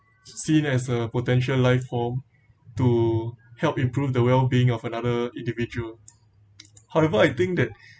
seen as a potential life form to help improve the well being of another individual however I think that